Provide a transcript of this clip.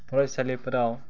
फरायसालिफोराव